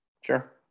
Sure